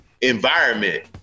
environment